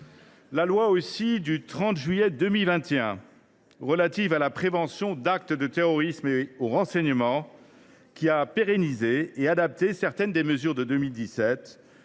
la loi du 30 juillet 2021 relative à la prévention d’actes de terrorisme et au renseignement, qui a pérennisé et adapté certaines des dispositions de 2017,